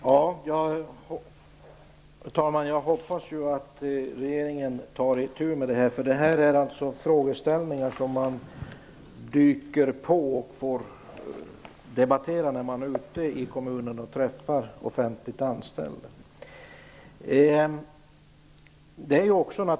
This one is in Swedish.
Herr talman! Jag hoppas att regeringen tar itu med detta, för det är frågeställningar som dyker upp i samband med debatter i kommunerna och när man träffar offentligt anställda.